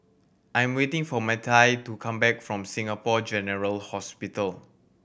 I'm waiting for Mattye to come back from Singapore General Hospital